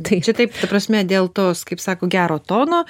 tai čia taip ta prasme dėl tos kaip sako gero tono